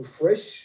fresh